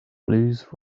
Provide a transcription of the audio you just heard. blues